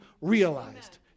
realized